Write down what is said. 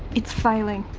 it's failing.